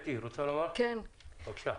אתי, בבקשה.